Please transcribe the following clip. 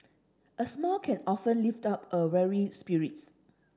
a smile can often lift up a weary spirits